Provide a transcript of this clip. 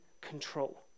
control